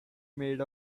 made